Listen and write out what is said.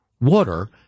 water